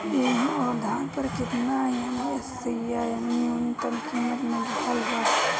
गेहूं अउर धान पर केतना एम.एफ.सी या न्यूनतम कीमत मिल रहल बा?